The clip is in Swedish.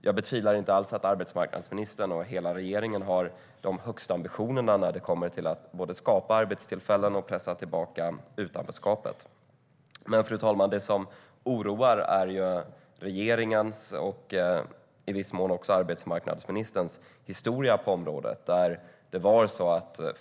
Jag tvivlar inte på att arbetsmarknadsministern och hela regeringen har de högsta ambitioner både när det gäller att skapa arbetstillfällen och när det gäller att pressa tillbaka utanförskapet. Men det som oroar är regeringens och i viss mån också arbetsmarknadsministerns historia på området.